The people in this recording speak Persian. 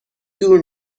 دور